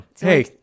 Hey